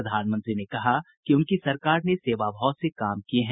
प्रधानमंत्री ने कहा कि उनकी सरकार ने सेवा भाव से काम किये हैं